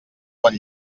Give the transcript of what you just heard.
bon